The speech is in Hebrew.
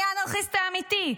מי האנרכיסט האמיתי?